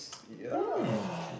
yeah